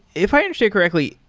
if i understand correctly,